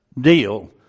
deal